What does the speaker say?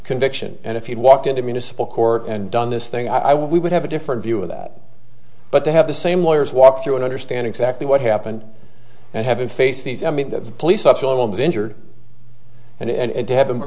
conviction and if he'd walked into municipal court and done this thing i would have a different view of that but to have the same lawyers walk through and understand exactly what happened and having face these i mean the police